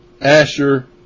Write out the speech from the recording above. Asher